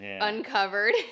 uncovered